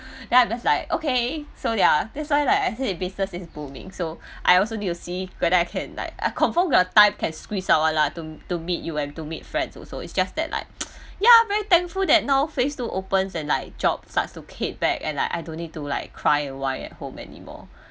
then I just like okay so there are that's why lah I say business is booming so I also need to see whether I can like confirm your time can squeeze out one lah to to meet you and to meet friends also is just that like ya very thankful that now phase two opens and like jobs start to kick back and like I don't need to like cry and whine at home anymore